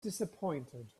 disappointed